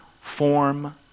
form